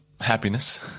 happiness